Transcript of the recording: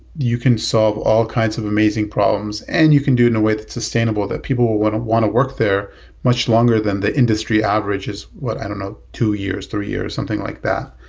you can solve all kinds of amazing problems and you can do it in a way that's sustainable, that people want want to work there much longer than the industry average is what? i don't know. two years, three years, something like that.